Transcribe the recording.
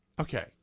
Okay